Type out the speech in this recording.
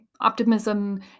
Optimism